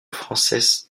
francés